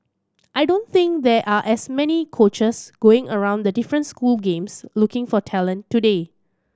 I don't think there are as many coaches going around the different school games looking for talent today